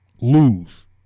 lose